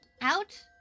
out